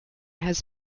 his